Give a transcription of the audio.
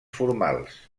formals